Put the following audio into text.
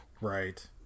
Right